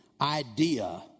idea